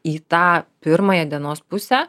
į tą pirmąją dienos pusę